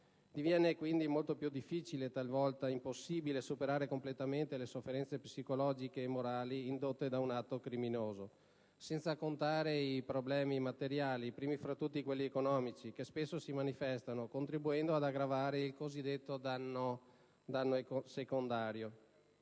Diviene quindi molto più difficile - talvolta impossibile - superare completamente le sofferenze psicologiche e morali indotte da un atto criminoso, senza contare i problemi materiali - primi fra tutti, quelli economici - che spesso si manifestano, contribuendo ad aggravare il cosiddetto danno secondario,